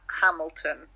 Hamilton